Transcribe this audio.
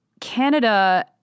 Canada